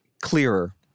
clearer